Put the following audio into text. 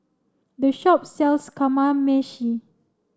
this shop sells Kamameshi